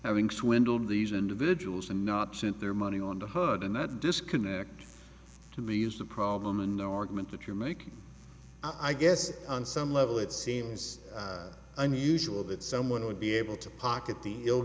having swindled these individuals and not sent their money on the hood and that disconnect to be is the problem an argument that you're making i guess on some level it seems unusual that someone would be able to pocket the ill